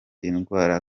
indwara